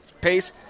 pace